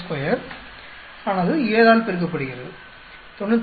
62 ஆனது 7 ஆல் பெருக்கப்படுகிறது 98